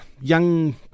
young